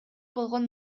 болгон